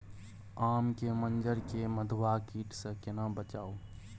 आम के मंजर के मधुआ कीट स केना बचाऊ?